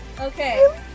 Okay